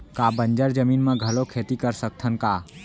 का बंजर जमीन म घलो खेती कर सकथन का?